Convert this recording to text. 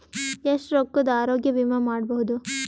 ಎಷ್ಟ ರೊಕ್ಕದ ಆರೋಗ್ಯ ವಿಮಾ ಮಾಡಬಹುದು?